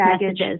messages